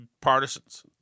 partisans